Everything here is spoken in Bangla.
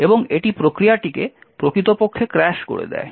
এবং এটি প্রক্রিয়াটিকে প্রকৃতপক্ষে ক্র্যাশ করে দেয়